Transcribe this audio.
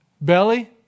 Belly